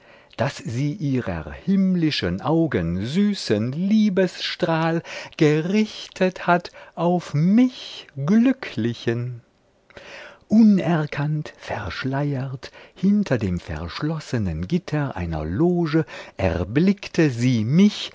daß sie ihrer himmlischen augen süßen liebesstrahl gerichtet hat auf mich glücklichen unerkannt verschleiert hinter dem verschlossenen gitter einer loge erblickte sie mich